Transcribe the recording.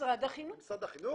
למשרד החינוך.